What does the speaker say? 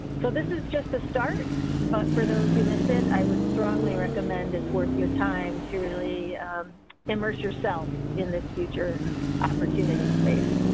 so this is just a start, but for those who missed it, i would strongly recommend it's worth your time to really immerse yourself in this future opportunity space.